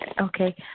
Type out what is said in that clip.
Okay